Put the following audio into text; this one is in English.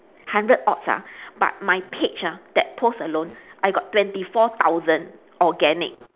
hundred odds ah but my page ah that post alone I got twenty four thousand organic